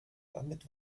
damit